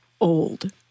old